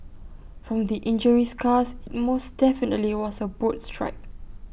from the injury scars IT most definitely was A boat strike